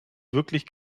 wirklich